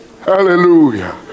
Hallelujah